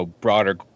broader